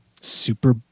super